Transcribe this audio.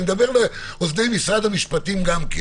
ואני מדבר גם לאוזני משרד המשפטים.